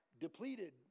depleted